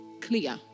clear